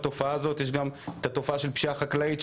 יש גם את התופעה של פשיעה חקלאית,